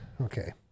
okay